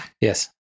Yes